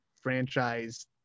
franchise